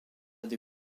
des